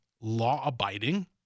law-abiding